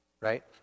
right